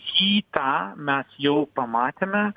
šį tą mes jau pamatėme